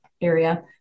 area